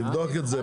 תבדוק את זה.